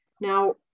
Now